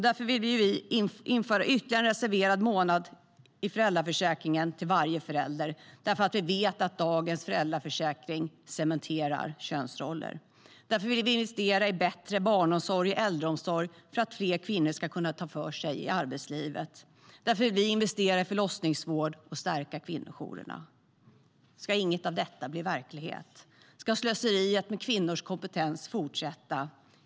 Därför vill vi införa ytterligare en reserverad månad för varje förälder i föräldraförsäkringen. Vi vet att dagens föräldraförsäkring cementerar könsroller. Därför vill vi investera i bättre barnomsorg och äldreomsorg, så att fler kvinnor ska kunna ta för sig i arbetslivet. Därför vill vi investera i förlossningsvård och stärka kvinnojourerna. Ska inget av detta bli verklighet? Ska slöseriet med kvinnors kompetens fortsätta?